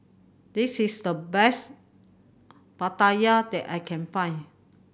this is the best pattaya that I can find